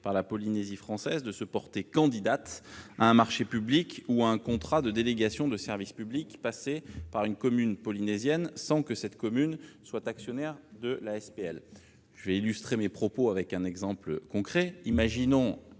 par la Polynésie française de se porter candidate à un marché public ou à un contrat de délégation de service public passé par une commune polynésienne, sans que celle-ci soit actionnaire de la société. Prenons un exemple concret : imaginons